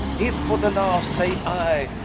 if for the last, say i,